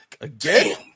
Again